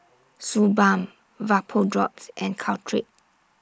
Suu Balm Vapodrops and Caltrate